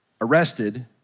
arrested